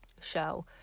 show